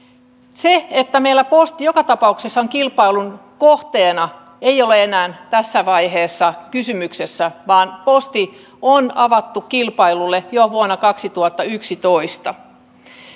se että meillä posti joka tapauksessa on kilpailun kohteena ei ole enää tässä vaiheessa kysymyksessä vaan posti on avattu kilpailulle jo vuonna kaksituhattayksitoista